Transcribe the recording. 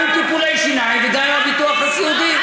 גם עם טיפולי שיניים וגם עם הביטוח הסיעודי.